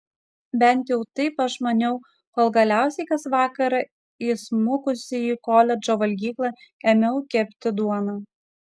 bent jau taip aš maniau kol galiausiai kas vakarą įsmukusi į koledžo valgyklą ėmiau kepti duoną